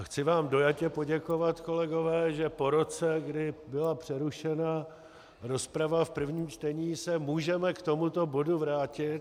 Chci vám dojatě poděkovat, kolegové, že po roce, kdy byla přerušena rozprava v prvním čtení, se můžeme k tomuto bodu vrátit.